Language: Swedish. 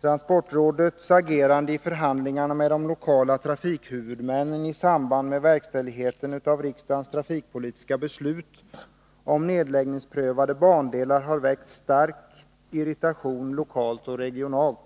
Transportrådets agerande i förhandlingarna med de lokala trafikhuvudmännen i samband med verkställigheten av riksdagens trafikpolitiska beslut om nedläggningsprövade bandelar har väckt stark irritation lokalt och regionalt.